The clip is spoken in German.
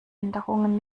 änderungen